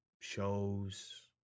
shows